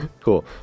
Cool